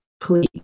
please